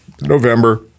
November